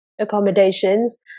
accommodations